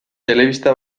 telebista